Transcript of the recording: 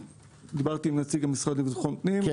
דיברתי עם נציג המשרד לביטחון פנים,